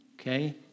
okay